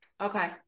Okay